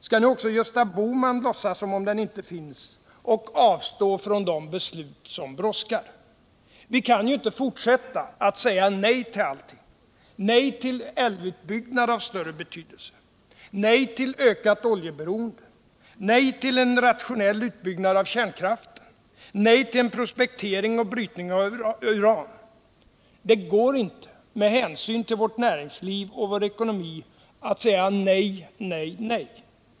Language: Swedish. Skall nu också Gösta Bohman låtsas som om den inte finns och avstå från de beslut som brådskar? Vi kan ju inte fortsätta att säga nej till allting: Det går inte med hänsyn till vårt näringsliv och vår ekonomi att säga nej, nej, nej.